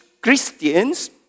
Christians